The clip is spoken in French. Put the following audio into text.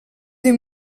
des